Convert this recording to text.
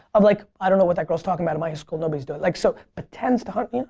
of like i don't know what that girl's talking about. at my high school nobody's doing like so but tens to hundreds,